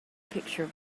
picture